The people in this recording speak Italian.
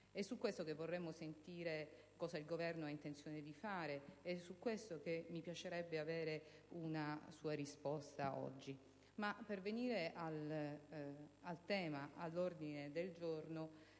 Su questo vorremmo sentire cosa il Governo ha intenzione di fare, e su questo mi piacerebbe ricevere una sua risposta oggi, signor Ministro. Per venire al tema all'ordine del giorno,